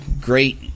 great